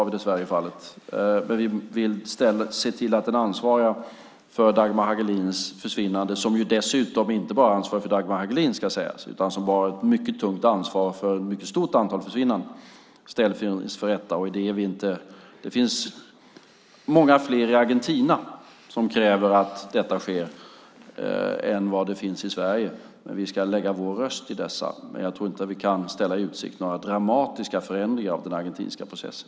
Vi vill se till att den ansvarige för Dagmar Hagelins försvinnande, som dessutom inte bara är ansvarig för Dagmar Hagelins försvinnande utan som har ett mycket tungt ansvar för ett mycket stort antal försvinnanden, ställs inför rätta. Det finns många fler i Argentina som kräver att detta sker än vad det finns i Sverige, men vi ska lägga vår röst i dessa. Jag tror inte att vi kan ställa i utsikt några dramatiska förändringar i den argentinska processen.